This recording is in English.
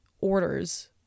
orders